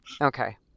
Okay